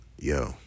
Yo